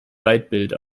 leitbild